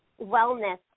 wellness